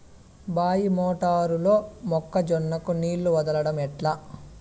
బాయి మోటారు లో మొక్క జొన్నకు నీళ్లు వదలడం ఎట్లా?